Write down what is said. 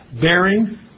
Bearing